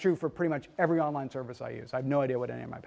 true for pretty much every online service i use i've no idea what a